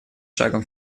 шагом